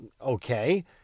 okay